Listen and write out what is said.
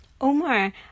Omar